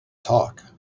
talk